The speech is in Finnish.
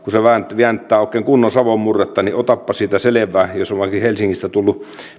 ja se viänttää oikein kunnon savon murretta niin otapa siitä selvää jos on vaikka helsingistä tullut